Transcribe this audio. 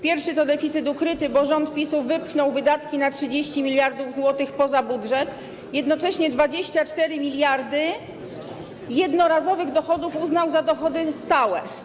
Pierwszy to deficyt ukryty, bo rząd PiS wypchnął wydatki na 30 mld zł poza budżet, a jednocześnie 24 mld jednorazowych dochodów uznał za dochody stałe.